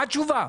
מה התשובה?